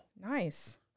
Nice